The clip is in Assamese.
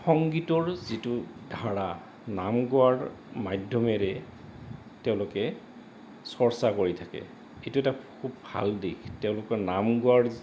সংগীতৰ যিটো ধাৰা নাম গোৱাৰ মাধ্যমেৰে তেওঁলোকে চৰ্চা কৰি থাকে এইটো এটা খুব ভাল দিশ তেওঁলোকৰ নাম গোৱাৰ